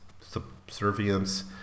subservience